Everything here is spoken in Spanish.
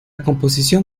composición